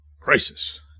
crisis